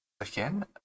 Again